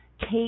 take